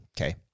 okay